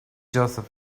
joseph